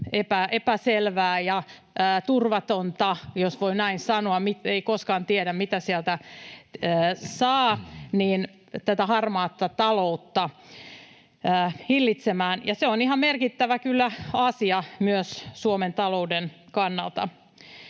epäselvää ja turvatonta — jos voi näin sanoa, ei koskaan tiedä, mitä sieltä saa — harmaata taloutta hillitsemään. Se on kyllä ihan merkittävä asia myös Suomen talouden kannalta.